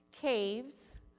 Caves